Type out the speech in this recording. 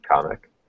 comic